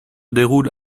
déroule